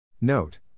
Note